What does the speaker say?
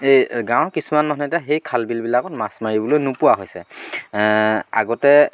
এই গাঁৱৰ কিছুমান মানুহে এতিয়া সেই খাল বিলবিলাকত মাছ মাৰিবলৈ নোপোৱা হৈছে আগতে